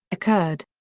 occurred.